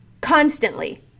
constantly